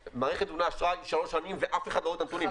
מערכת נתוני האשראי היא לשלוש שנים ואף אחד לא רואה את הנתונים.